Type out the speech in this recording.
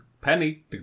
penny